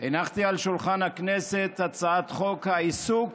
הנחתי על שולחן הכנסת את הצעת חוק העיסוק